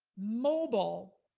mobile,